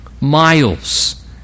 miles